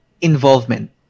involvement